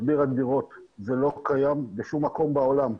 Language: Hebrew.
מדביר הדירות זה לא קיים בשום מקום בעולם.